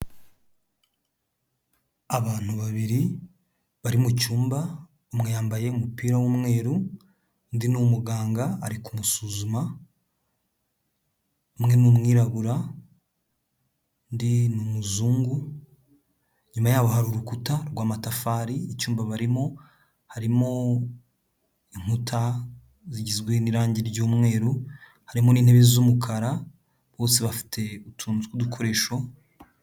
Abantu babiri bari mu cyumba: umwe yambaye umupira w'umweru, undi ni umuganga ari kumusuzuma, umwe ni umwirabura, undi ni umuzungu, inyuma yaho hari urukuta rw'amatafari, icyumba barimo harimo inkuta zigizwe n'irangi ry'umweru, harimo n'intebe z'umukara, bose bafite utuntu tw'udukoresho.